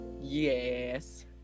Yes